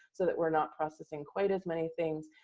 so that we're not processing quite as many things.